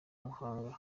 muhanga